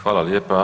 Hvala lijepa.